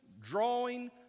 drawing